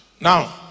Now